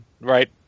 right